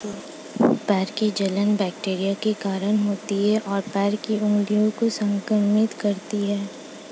पैर की जलन बैक्टीरिया के कारण होती है, और पैर की उंगलियों को संक्रमित करती है